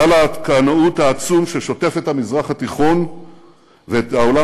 גל הקנאות העצום ששוטף את המזרח התיכון ואת העולם